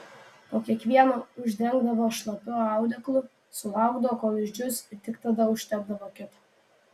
po kiekvieno uždengdavo šlapiu audeklu sulaukdavo kol išdžius ir tik tada užtepdavo kitą